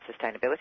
sustainability